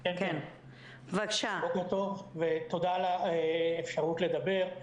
בוקר טוב, ותודה על האפשרות לדבר.